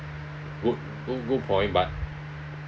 would good good point but